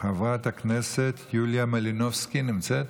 חברת הכנסת יוליה מלינובסקי נמצאת?